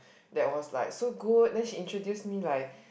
that was like so good then she introduce me like